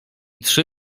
trzy